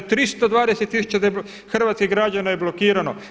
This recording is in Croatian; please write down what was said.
320000 hrvatskih građana je blokirano.